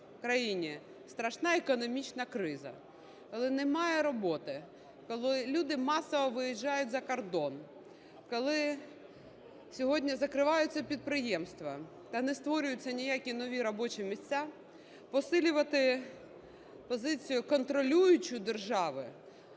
в країні страшна економічна криза, коли немає роботи, коли люди масово виїжджають за кордон, коли сьогодні закриваються підприємства та не створюються ніякі нові робочі місця, посилювати позицію контролюючу держави,